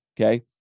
Okay